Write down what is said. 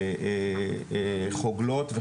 חוגלות,